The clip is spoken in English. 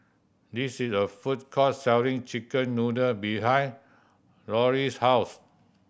this is a food court selling chicken noodle behind Lauri's house